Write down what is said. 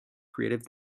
creative